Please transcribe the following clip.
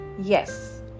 Yes